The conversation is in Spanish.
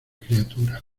criatura